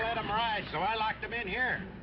ride, so i locked them in here.